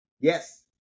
Yes